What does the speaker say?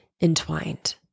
entwined